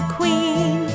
Queen